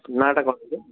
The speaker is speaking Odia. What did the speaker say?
ନାଁ'ଟା କହିଲେ